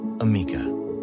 Amica